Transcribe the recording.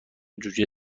جوجه